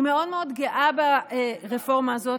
אני מאוד מאוד גאה ברפורמה הזאת,